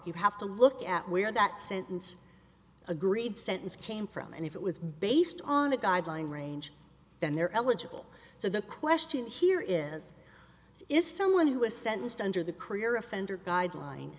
you have to look at where that sentence agreed sentence came from and if it was based on the guideline range then they're eligible so the question here is is someone who is sentenced under the career offender guideline